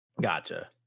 gotcha